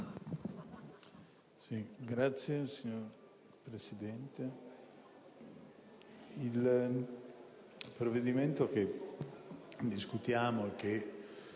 *(PD)*. Signor Presidente, il provvedimento che discutiamo e che